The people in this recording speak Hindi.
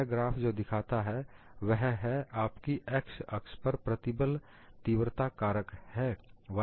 यह ग्राफ जो दिखाता है वह है आपकी x अक्ष पर प्रतिबल तीव्रता कारक है